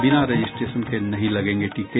बिना रजिस्ट्रेशन के नहीं लगेंगे टीके